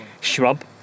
shrub